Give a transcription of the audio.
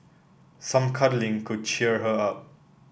some cuddling could cheer her up